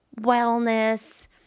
wellness